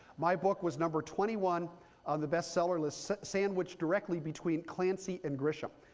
my book was number twenty one on the best seller list, sandwiched directly between clancy and grisham.